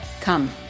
come